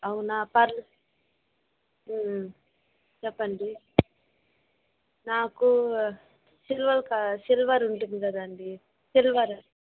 అవునా పర్లే చెప్పండి నాకు సిల్వర్ కలర్ సిల్వర్ ఉంటుంది కదండీ సిల్వర్